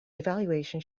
evaluation